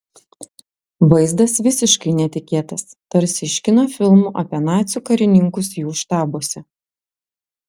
vaizdas visiškai netikėtas tarsi iš kino filmų apie nacių karininkus jų štabuose